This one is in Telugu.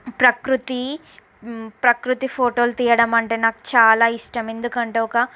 ప్రకృతి ప్రకృతి ఫోటోలు తీయడం అంటే నాకు చాలా ఇష్టం ఎందుకంటే ఒక